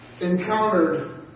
encountered